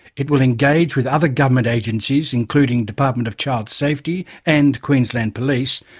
it will engage with other government agencies, including department of child safety and queensland police,